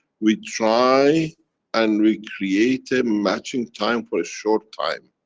we try and we create a matching time for a short time.